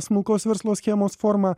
smulkaus verslo schemos formą